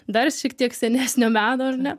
dar šiek tiek senesnio meno ar ne